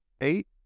eight